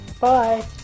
Bye